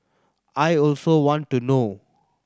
I also want to know